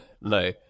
No